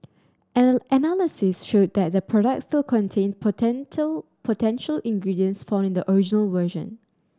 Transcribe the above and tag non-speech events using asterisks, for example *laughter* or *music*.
*unintelligible* analysis showed that the products still contained *unintelligible* potential ingredients found in the original version